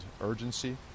urgency